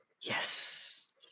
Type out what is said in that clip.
Yes